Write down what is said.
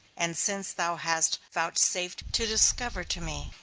and since thou hast vouchsafed to discover to me,